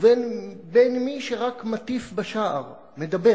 ובין מי שרק מטיף בשער, מדבר,